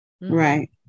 Right